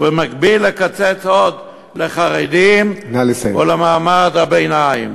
ובמקביל לקצץ עוד לחרדים או למעמד הביניים.